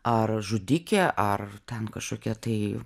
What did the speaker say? ar žudikė ar ten kažkokia tai